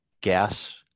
gas